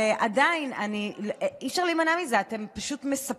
ואתה תראה